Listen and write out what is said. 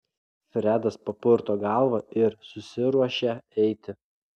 fredas papurto galvą ir susiruošia eiti